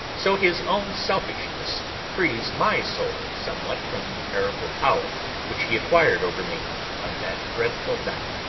so his own selfishness frees my soul somewhat from the terrible power which he acquired over me on that dreadful night.